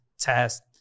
test